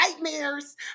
nightmares